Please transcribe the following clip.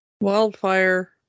wildfire